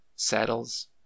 Saddles